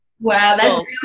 wow